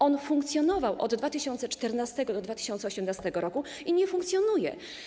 On funkcjonował od 2014 r. do 2018 r. i nie funkcjonuje.